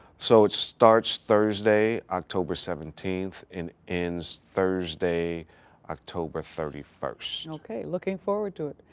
so it starts thursday, october seventeenth and ends thursday october thirty first. okay, looking forward to it.